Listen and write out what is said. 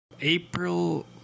April